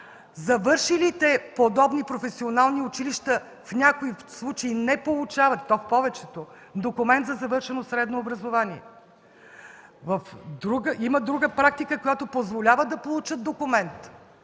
Завършилите подобни професионални училища в някои случаи не получават, и то в повечето, документ за завършено средно образование. Има друга практика, която позволява да получат документ,